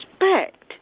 respect